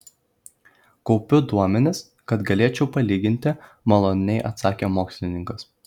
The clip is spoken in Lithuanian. kaupiu duomenis kad galėčiau palyginti maloniai atsakė mokslininkas